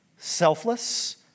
selfless